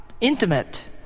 intimate